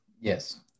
Yes